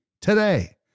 today